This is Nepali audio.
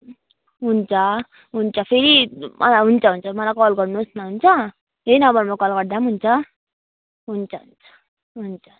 हुन्छ हुन्छ फेरि हुन्छ हुन्छ मलाई कल गर्नुहोस् न हुन्छ यही नम्बरमा कल गर्दा पनि हुन्छ हुन्छ हुन्छ